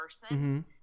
person